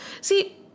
See